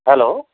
hello